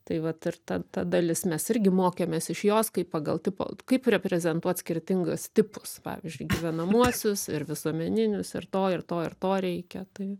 tai vat ir ta ta dalis mes irgi mokėmės iš jos kaip pagal tipo kaip reprezentuot skirtingas tipus pavyzdžiui gyvenamuosius ir visuomeninius ir to ir to ir to reikia tai